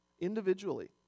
individually